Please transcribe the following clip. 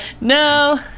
no